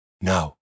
No